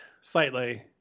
slightly